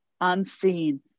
unseen